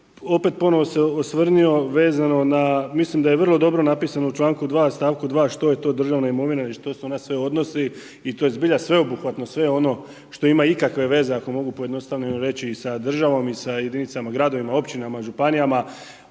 opet ponovo se osvrnuo vezano na, mislim da je vrlo dobro napisano u članku 2. stavku 2. što je to državna imovina i na što se ona sve odnosi i to je zbilja sveobuhvatno, sve ono što ima ikakve veze i sa državom, i sa jedinicama, gradovima, općinama, županijama,